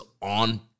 on